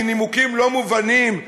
מנימוקים לא מובנים,